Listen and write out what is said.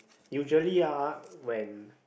usually ah when